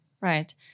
right